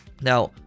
Now